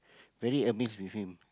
very amazed with him